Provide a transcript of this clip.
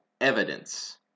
evidence